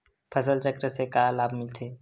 फसल चक्र से का लाभ मिलथे?